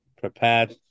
prepared